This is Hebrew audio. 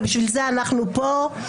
ובשביל זה אנחנו פה.